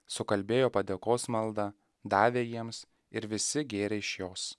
sukalbėjo padėkos maldą davė jiems ir visi gėrė iš jos